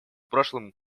прошлом